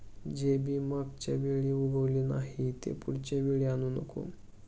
जे बी मागच्या वेळी उगवले नाही, ते पुढच्या वेळी आणू नको